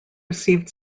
received